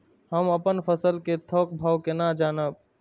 हम अपन फसल कै थौक भाव केना जानब?